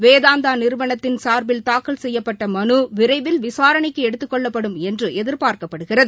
வேதாந்தா நிறுவனத்தின் சார்பில் தாக்கல் செய்யப்பட்ட மனு விரைவில் விசாரணைக்கு எடுத்துக்கொள்ளப்படும் என்று எதிர்பார்க்கப்படுகிறது